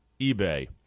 eBay